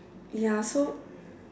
ya so